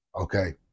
okay